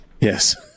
Yes